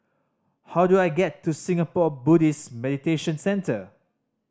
how do I get to Singapore Buddhist Meditation Centre